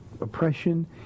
oppression